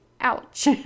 Ouch